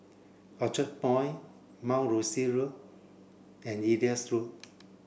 Orchard Point Mount Rosie Road and Elias Road